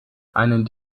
einen